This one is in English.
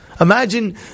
Imagine